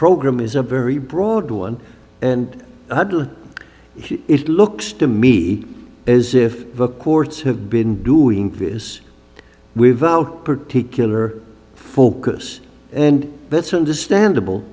program is a very broad one and it looks to me as if the courts have been doing this without particular focus and that's understandable